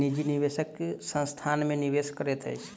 निजी निवेशक संस्थान में निवेश करैत अछि